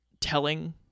telling